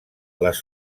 les